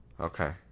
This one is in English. Okay